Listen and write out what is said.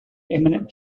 eminent